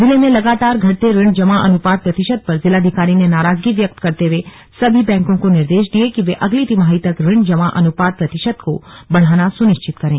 जिले में लगातार घटते ऋण जमा अनुपात प्रतिशत पर जिलाधिकारी ने नाराजगी व्यक्त करते हुए सभी बैंकों को निर्देश दिये कि वे अगली तिमाही तक ऋण जमा अनुपात प्रतिशत को बढ़ाना सुनिश्चित करें